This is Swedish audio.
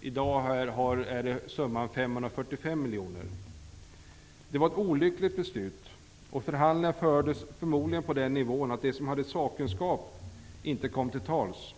I dag är summan 545 miljoner. Det var ett olyckligt beslut. Förhandlingarna fördes förmodligen på en sådan nivå att de som hade sakkunskap inte kom till tals.